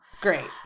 Great